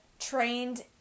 trained